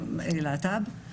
להט"ב,